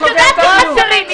את יודעת שחסרים רופאים,